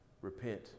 repent